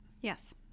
Yes